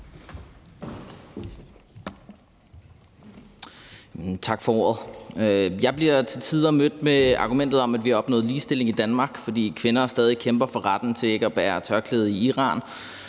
Tak for ordet. Jeg bliver til tider mødt med argumentet om, at vi har opnået ligestilling i Danmark i dag. Man siger, at kvinder stadig kæmper for retten til ikke at bære tørklæde i Iran,